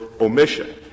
omission